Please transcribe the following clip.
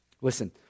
Listen